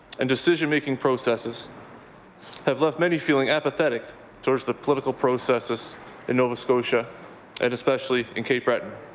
and decision-making processes have left many feeling apathetic towards the political processes in nova scotia and especially in cape breton.